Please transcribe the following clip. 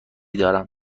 دارم